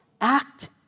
act